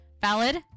valid